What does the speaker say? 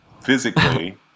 physically